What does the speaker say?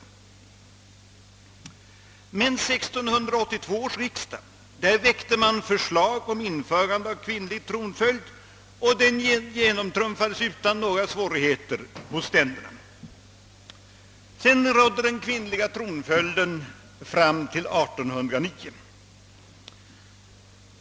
Vid 1682 års riksdag väcktes dock förslag om införande av kvinnlig tronföljd, och detta genomtrumfades utan några svårigheter i ständerna. Sedan hade vi kvinnlig tronföljd fram till 1809.